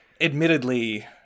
admittedly